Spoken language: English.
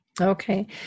Okay